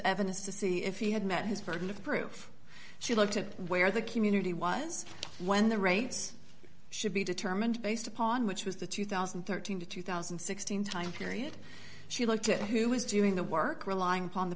evidence to see if he had met his burden of proof she looked at where the community was when the rates should be determined based upon which was the two thousand and thirteen to two thousand and sixteen time period she looked at who was doing the work